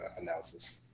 analysis